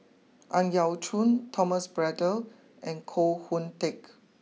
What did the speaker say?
Ang Yau Choon Thomas Braddell and Koh Hoon Teck